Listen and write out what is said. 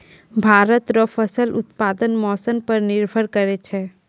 भारत रो फसल उत्पादन मौसम पर निर्भर करै छै